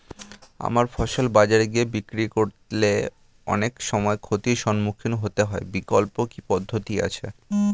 আমার ফসল বাজারে গিয়ে বিক্রি করলে অনেক সময় ক্ষতির সম্মুখীন হতে হয় বিকল্প কি পদ্ধতি আছে?